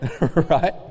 Right